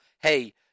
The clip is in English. hey